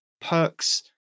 perks